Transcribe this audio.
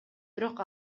бирок